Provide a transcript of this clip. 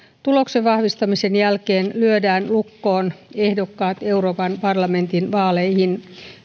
tuloksen vahvistamisen jälkeen lyödään lukkoon ehdokkaat euroopan parlamentin vaaleihin